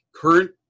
current